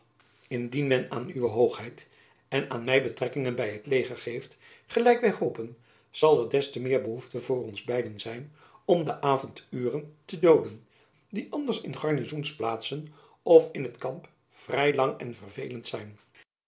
indien men aan uwe hoogheid en aan my betrekkingen by het leger geeft gelijk wy hopen zal er des te meer behoefte voor ons beiden zijn om de avonduren te dooden die anders in garnizoensplaatsen of in t kamp vrij lang en verveelend zijn